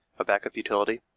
ah backup utility,